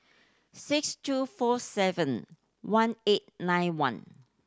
six two four seven one eight nine one